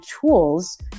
tools